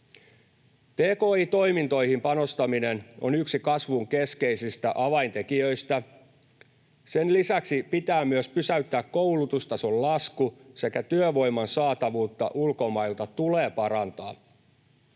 Tki-toimintoihin panostaminen on yksi kasvun keskeisistä avaintekijöistä. Sen lisäksi pitää myös pysäyttää koulutustason lasku sekä työvoiman saatavuutta ulkomailta tulee parantaa.